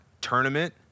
tournament